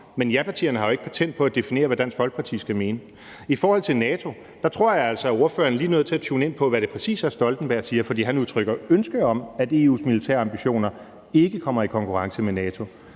Men japartierne har jo ikke patent på at definere, hvad Dansk Folkeparti skal mene. I forhold til NATO tror jeg altså, at ordføreren lige er nødt til at tune ind på, hvad det præcis er, Stoltenberg siger, for han udtrykker ønske om, at EU's militære ambitioner ikke kommer i konkurrence med NATO,